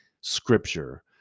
Scripture